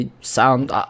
Sound